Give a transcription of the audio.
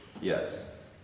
yes